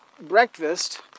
breakfast